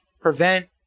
prevent